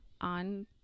on